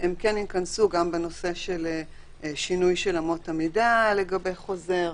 גם בנושא של שינוי אמות המידה לגבי חוזר,